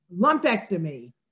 lumpectomy